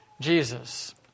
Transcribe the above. Jesus